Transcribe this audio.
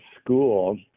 school